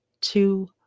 two